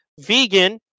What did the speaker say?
vegan